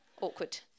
Awkward